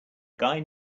guy